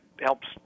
helps